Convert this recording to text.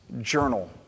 journal